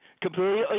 Completely